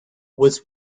was